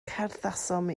cerddasom